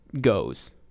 goes